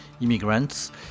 immigrants